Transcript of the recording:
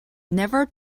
never